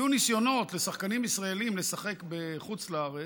היו ניסיונות של שחקנים ישראלים לשחק בחוץ לארץ.